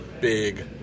big